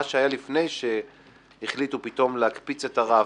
מה שהיה לפני שהחליטו פתאום להקפיץ את הרף,